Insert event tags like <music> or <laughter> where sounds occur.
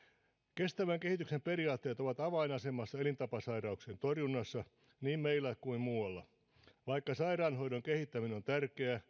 kestävän kehityksen periaatteet ovat avainasemassa elintapasairauksien torjunnassa niin meillä kuin muualla vaikka sairaanhoidon kehittäminen on tärkeää <unintelligible>